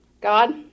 God